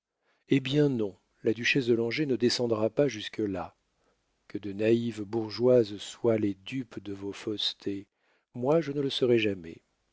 hé bien non la duchesse de langeais ne descendra pas jusque-là que de naïves bourgeoises soient les dupes de vos faussetés moi je ne le serai jamais